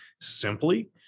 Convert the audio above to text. simply